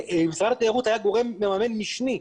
משרד התיירות היה גורם מממן משני.